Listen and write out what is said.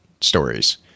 stories